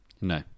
No